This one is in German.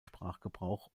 sprachgebrauch